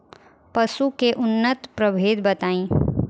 पशु के उन्नत प्रभेद बताई?